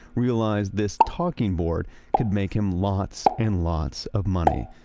realized this talking board could make him lots and lots of money.